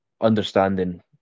understanding